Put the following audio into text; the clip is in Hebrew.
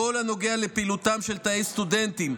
בכל הנוגע לפעילותם של תאי סטודנטים,